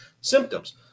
symptoms